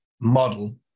model